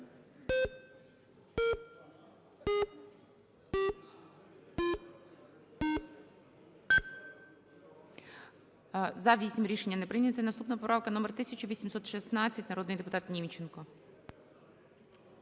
За-8 Рішення не прийнято. Наступна поправка номер 1816. Народний депутат Німченко.